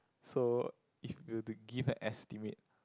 so if you were to give an estimate